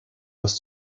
was